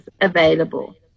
available